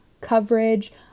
coverage